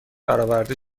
برآورده